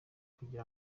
kugira